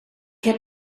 heb